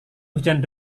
hujan